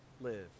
live